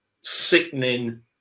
sickening